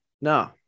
No